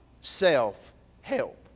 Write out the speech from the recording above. self-help